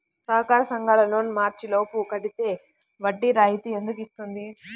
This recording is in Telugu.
సహకార సంఘాల లోన్ మార్చి లోపు కట్టితే వడ్డీ రాయితీ ఎందుకు ఇస్తుంది?